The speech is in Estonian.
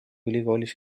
ülikoolis